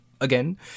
again